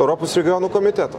europos regionų komiteto